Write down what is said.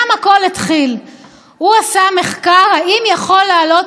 הוא עשה מחקר: האם יכול להיות במדינה